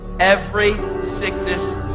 every sickness,